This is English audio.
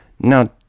Now